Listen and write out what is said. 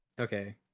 Okay